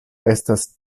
estas